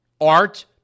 art